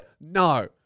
No